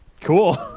Cool